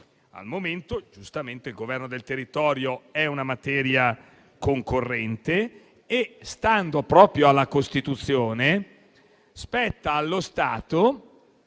Al momento, giustamente, il governo del territorio è una materia concorrente e, stando proprio alla Costituzione, spetta allo Stato